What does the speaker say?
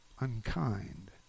unkind